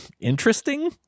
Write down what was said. interesting